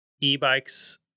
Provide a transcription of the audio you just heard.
e-bikes